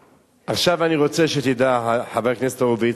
עכשיו, אני רוצה שתדע, חבר הכנסת הורוביץ,